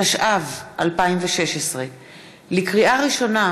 התשע"ו 2016. לקריאה ראשונה,